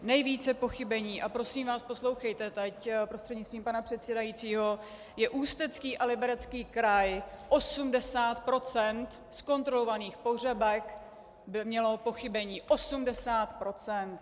Nejvíce pochybení a prosím vás, poslouchejte teď, prostřednictvím pana předsedajícího je Ústecký a Liberecký kraj, 80 % z kontrolovaných pohřebek mělo pochybení. 80 %!